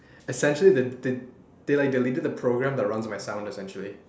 essentially they they they like deleted the program that runs my sound essentially